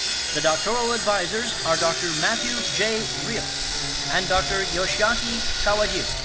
the doctoral advisers are dr. matthew j. realff and dr. yoshiaki kawajiri.